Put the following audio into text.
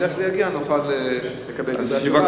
ברגע שזה יגיע, נוכל לקבל את התשובה.